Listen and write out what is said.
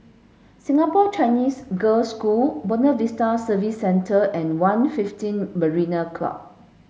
Singapore Chinese Girls' School Buona Vista Service Centre and One fifteen Marina Club